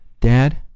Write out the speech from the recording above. Dad